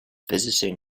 visiting